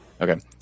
okay